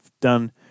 done